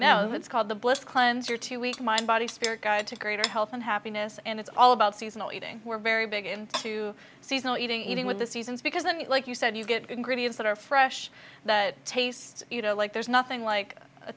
am now it's called the blessed cleanser to eat mind body spirit guide to greater health and happiness and it's all about seasonal eating we're very big into seasonal eating eating with the seasons because i mean like you said you get gritty of that are fresh that tastes you know like there's nothing like a